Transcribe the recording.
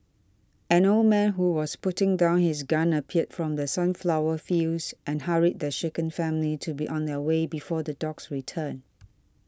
an old man who was putting down his gun appeared from the sunflower fields and hurried the shaken family to be on their way before the dogs return